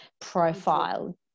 profile